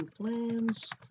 plans